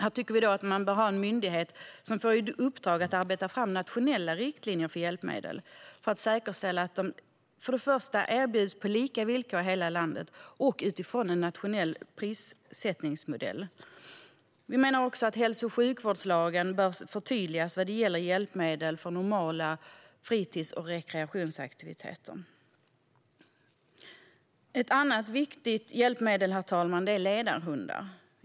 Vi anser att det bör finnas en myndighet som får i uppdrag att arbeta fram nationella riktlinjer för hjälpmedel för att det ska säkerställas att hjälpmedel erbjuds på lika villkor i hela landet och utifrån en nationell prissättningsmodell. Vi menar också att hälso och sjukvårdslagen bör förtydligas när det gäller hjälpmedel för normala fritids och rekreationsaktiviteter. Herr talman! Ett annat viktigt hjälpmedel är ledarhundar.